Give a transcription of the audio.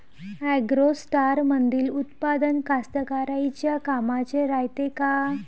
ॲग्रोस्टारमंदील उत्पादन कास्तकाराइच्या कामाचे रायते का?